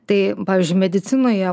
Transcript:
tai pavyzdžiui medicinoje